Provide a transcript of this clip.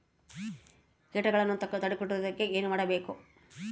ಕೇಟಗಳನ್ನು ತಡೆಗಟ್ಟುವುದಕ್ಕೆ ಏನು ಮಾಡಬೇಕು?